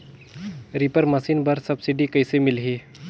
Reaper machine बर subsidy कइसे मिलही?